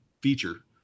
feature